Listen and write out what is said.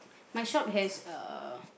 my shop has uh